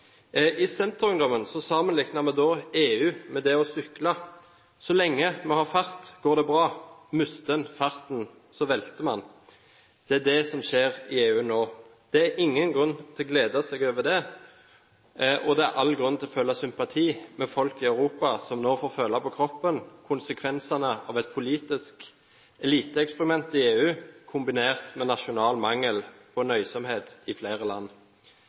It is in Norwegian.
I Senterungdommen sammenlignet vi EU med det å sykle. Så lenge en har fart, går det bra. Mister en farten, velter man. Det er det som skjer i EU nå. Det er det ingen grunn til å glede seg over. Det er all grunn til å føle sympati med folk i Europa som nå får føle på kroppen konsekvensene av et politisk eliteeksperiment i EU kombinert med nasjonal mangel på nøysomhet i flere land.